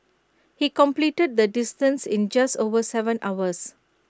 he completed the distance in just over Seven hours